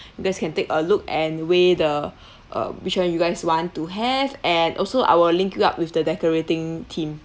you guys can take a look and weigh the uh which [one] you guys want to have and also I will link you up with the decorating team